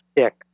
stick